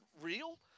real